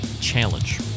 challenge